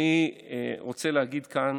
אני רוצה להגיד כאן: